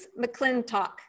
McClintock